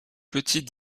petits